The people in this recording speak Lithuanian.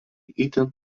itin